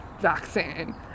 vaccine